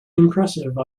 impressive